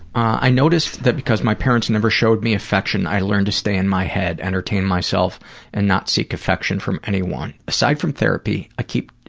i noticed that because my parents never showed me affection, i learned to stay in my head, entertain myself and not seek affection from anyone. aside from therapy, i keep,